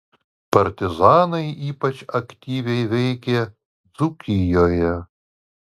partizanai ypač aktyviai veikė dzūkijoje